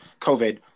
COVID